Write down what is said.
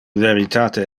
veritate